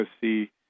see